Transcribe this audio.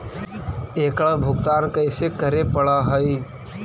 एकड़ भुगतान कैसे करे पड़हई?